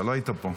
אתה לא היית פה.